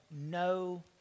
no